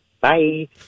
Bye